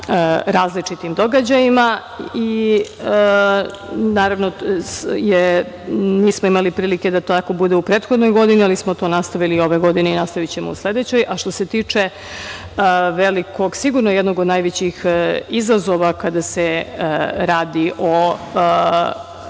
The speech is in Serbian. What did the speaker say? različitim događajima. Naravno, nismo imali prilike da tako bude u prethodnoj godini, ali smo to nastavili i ove godine i nastavićemo u sledećoj. Što se tiče sigurno jednog od najvećih izazova kada se radi o